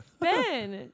Ben